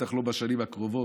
בטח לא בשנים הקרובות,